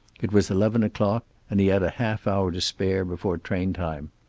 it was eleven o'clock, and he had a half hour to spare before train-time.